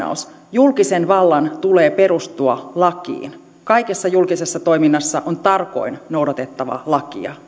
julkisen vallan tulee perustua lakiin kaikessa julkisessa toiminnassa on tarkoin noudatettava lakia